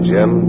Jim